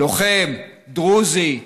לוחם דרוזי.